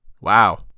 Wow